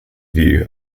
view